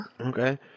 Okay